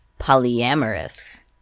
polyamorous